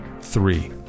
three